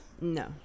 No